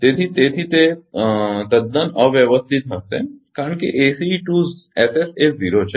તેથી તેથી તે તદ્દન અવ્યવસ્થિત હશે કારણ કે એ 0 છે